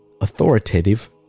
authoritative